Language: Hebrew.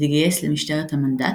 התגייס למשטרת המנדט,